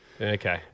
Okay